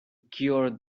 cure